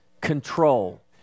control